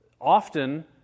often